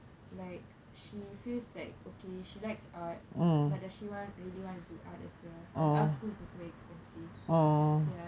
like she feels like okay she likes art but does she really want to do art as well because art school is also very expensive